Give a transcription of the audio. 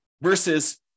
versus